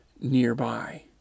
nearby